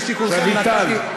לשיקולכם, חברי הכנסת, רויטל.